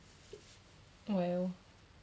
well